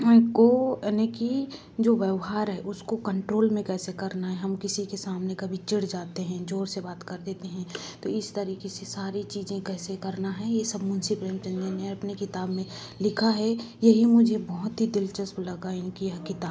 को ना कि जो व्यवहार है उसको कंट्रोल में कैसे करना है हम किसी के सामने कभी चिढ़ जाते है जोर से बात कर देते हैं तो इस तरीक़े से सारी चीज़ें कैसे करना है ये सब मुझे प्रेमचंद ने अपनी किताब में लिखा है यही मुझे बहउत ही दिलचस्प लगा इनकी यह किताब